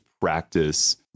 practice